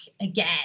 again